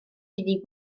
iddi